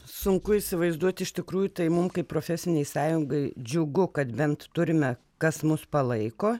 sunku įsivaizduot iš tikrųjų tai mum kaip profesinei sąjungai džiugu kad bent turime kas mus palaiko